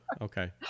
Okay